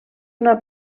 una